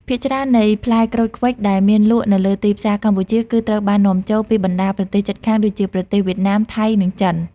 ភាគច្រើននៃផ្លែក្រូចឃ្វិចដែលមានលក់នៅលើទីផ្សារកម្ពុជា គឺ ត្រូវបាននាំចូល ពីបណ្តាប្រទេសជិតខាងដូចជាប្រទេសវៀតណាម ថៃ និងចិន។